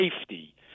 safety